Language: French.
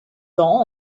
temps